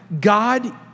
God